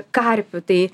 karpių tai